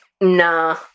Nah